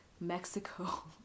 mexico